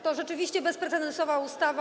To rzeczywiście bezprecedensowa ustawa.